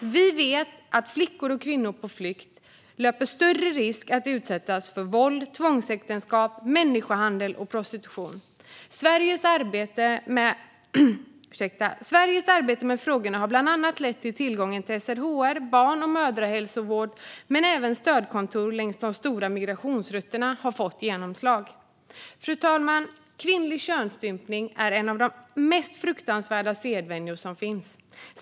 Vi vet att flickor och kvinnor på flykt löper större risk att utsättas för våld, tvångsäktenskap, människohandel och prostitution. Sveriges arbete med frågorna har bland annat lett till tillgång till SRHR och barn och mödrahälsovård, men även stödkontor längs de stora migrationsrutterna har fått genomslag. Fru talman! Kvinnlig könsstympning är en av de mest fruktansvärda sedvänjor som finns.